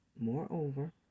moreover